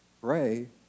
pray